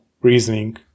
reasoning